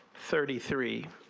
thirty three